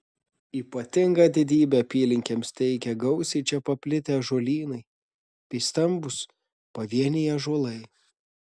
ypatingą didybę apylinkėms teikia gausiai čia paplitę ąžuolynai bei stambūs pavieniai ąžuolai